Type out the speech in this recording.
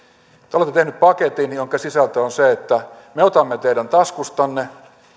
te olette tehneet paketin jonka sisältö on me otamme teidän taskustanne